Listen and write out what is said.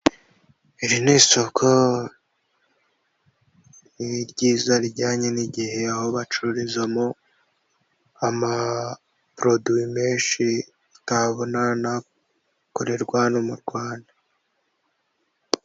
Iri ni isoko ryiza rijyanye n'igihe, aho bacururizamo ama poroduwi menshi utabona, n'akorerwa hano mu Rwanda.